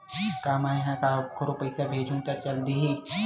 का मै ह कोखरो म पईसा भेजहु त चल देही?